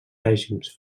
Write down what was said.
règims